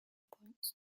points